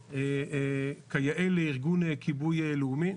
כיאה לארגון כיבוי לאומי.